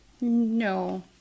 no